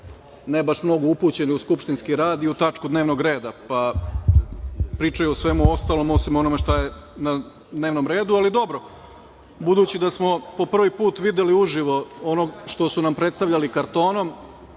ne baš mnogo upućeni u skupštinski rad i u tačku dnevnog reda, pa pričaju o svemu ostalom osim o onome što je na dnevnom redu. Ali, dobro, budući da smo po prvi put videli uživo ono što su nam predstavljali kartonom,